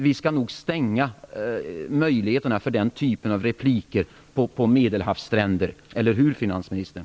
Vi skall nog stänga möjligheterna till den typen av repliker på Medelhavsstränderna - eller hur, finansministern?